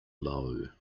low